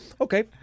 okay